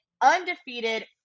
undefeated